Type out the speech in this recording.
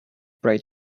bright